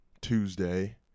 tuesday